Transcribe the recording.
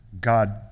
God